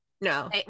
No